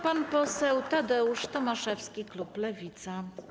Pan poseł Tadeusz Tomaszewski, klub Lewica.